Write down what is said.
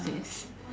this